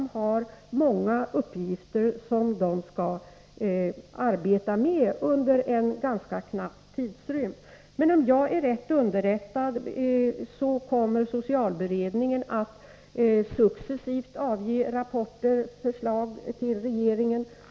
Det är många uppgifter som den skall arbeta med under en ganska knapp tidsrymd. Men om jag är riktigt underrättad kommer socialberedningen att successivt avge rapporter och förslag till regeringen.